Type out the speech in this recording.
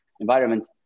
environment